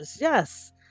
Yes